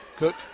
Cook